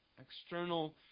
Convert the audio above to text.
external